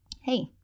Hey